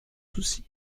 soucis